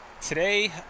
Today